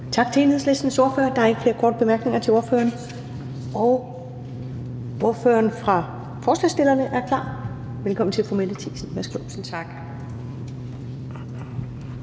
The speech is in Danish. Tak til Enhedslistens ordfører. Der er ikke flere korte bemærkninger til ordføreren. Og så er ordføreren for forslagsstillerne klar. Velkommen til fru Mette Thiesen.